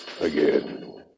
again